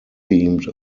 themed